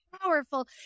powerful